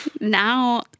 Now